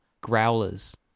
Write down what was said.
growlers